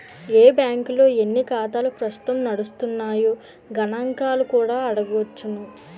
ఏ బాంకుల్లో ఎన్ని ఖాతాలు ప్రస్తుతం నడుస్తున్నాయో గణంకాలు కూడా అడగొచ్చును